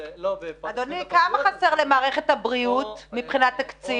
כמה חסר למערכת הבריאות מבחינת התקציב?